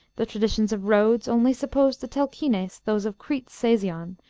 the traditions of rhodes only supposed the telchines, those of crete sasion,